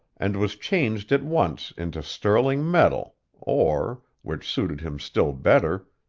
and was changed at once into sterling metal, or, which suited him still better,